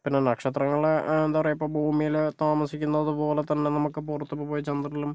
പിന്നെ നക്ഷത്രങ്ങളെ എന്താ പറയുക ഇപ്പം ഭൂമിയില് താമസിക്കുന്നത് പോലെ തന്നെ നമുക്ക് പുറത്ത് പോയി ചന്ദ്രനിലും